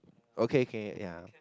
okay k ya